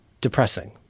depressing